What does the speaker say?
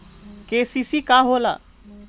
KCC का होला?